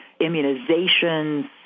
immunizations